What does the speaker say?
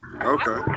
Okay